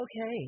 Okay